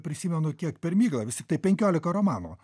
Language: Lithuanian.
prisimenu kiek per miglą vis tiktai penkiolika romanų